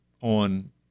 on